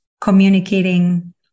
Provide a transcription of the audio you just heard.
communicating